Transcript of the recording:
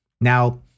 Now